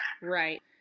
Right